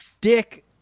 dick